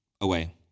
away